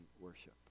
worship